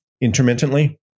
intermittently